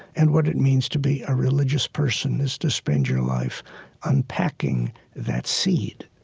and what it means to be a religious person, is to spend your life unpacking that seed